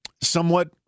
somewhat